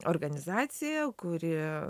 organizacija kuri